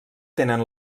tenen